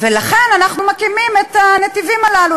ולכן אנחנו מקימים את הנתיבים הללו,